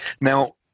Now